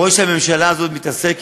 והוא רואה שהממשלה הזאת מתעסקת